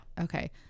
Okay